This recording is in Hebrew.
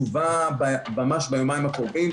יובא ממש ביומיים הקרובים,